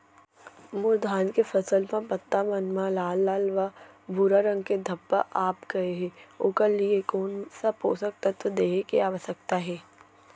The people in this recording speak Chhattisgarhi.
मोर धान के फसल म पत्ता मन म लाल व भूरा रंग के धब्बा आप गए हे ओखर लिए कोन स पोसक तत्व देहे के आवश्यकता हे?